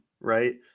right